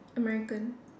American